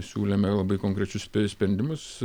siūlėme labai konkrečius sprendimus